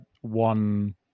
one